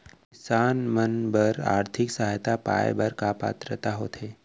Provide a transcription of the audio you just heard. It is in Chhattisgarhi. किसान मन बर आर्थिक सहायता पाय बर का पात्रता होथे?